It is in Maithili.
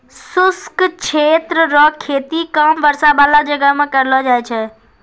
शुष्क क्षेत्र रो खेती कम वर्षा बाला जगह मे करलो जाय छै